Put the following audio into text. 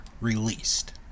released